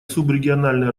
субрегиональные